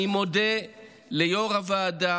אני מודה ליו"ר ועדת